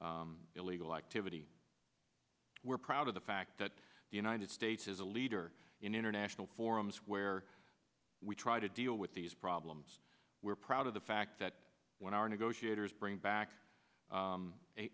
illegal activity we're proud of the fact that the united states is a leader in international forums where we try to deal with these problems we're proud of the fact that when our negotiators bring back